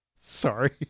Sorry